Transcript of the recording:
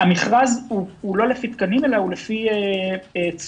המכרז הוא לא לפי תקנים אלא לפי תשומות.